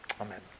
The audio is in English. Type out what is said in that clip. Amen